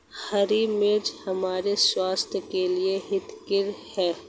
हरी मिर्च हमारे स्वास्थ्य के लिए हितकर हैं